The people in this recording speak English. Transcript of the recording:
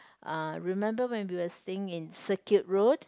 uh remember when we are staying in Circuit Road